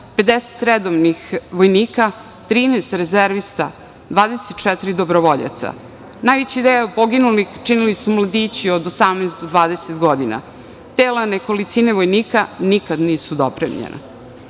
50 redovnih vojnika, 13 rezervista, 24 dobrovoljca. Najveći deo poginulih činili su mladići od 18 do 20 godina. Tela nekolicine vojnika nikada nisu dopremljena.U